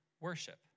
worship